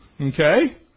okay